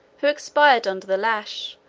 who expired under the lash,